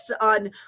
on